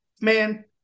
man